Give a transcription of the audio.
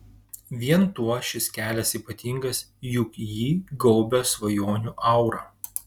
vien tuo šis kelias ypatingas juk jį gaubia svajonių aura